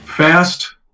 Fast